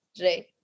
Right